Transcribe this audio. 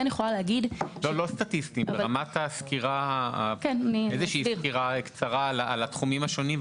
לא סטטיסטיים אלא איזושהי סקירה קצרה על התחומים השונים,